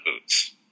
boots